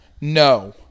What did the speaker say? No